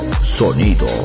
sonido